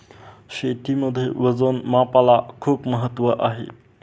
शेतीमध्ये वजन आणि मापाला खूप महत्त्व आहे